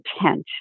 intent